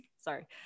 Sorry